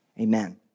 amen